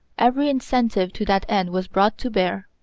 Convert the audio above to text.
every incentive to that end was brought to bear.